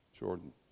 Jordan